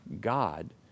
God